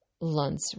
lunch